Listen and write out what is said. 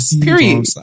period